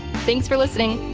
thanks for listening